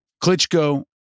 Klitschko